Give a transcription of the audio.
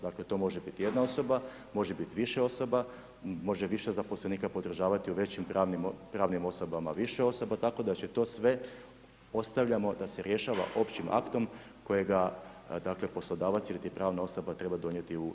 Dakle, to može biti jedna osoba, može biti više osoba, može više zaposlenika podržavati u većim pravnim osobama više osoba, tako da će to sve, ostavljamo da se rješava općim aktom kojega poslodavac iliti pravna osoba treba donijeti u 6 mjeseci.